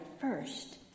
first